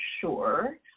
sure